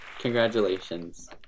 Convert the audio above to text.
Congratulations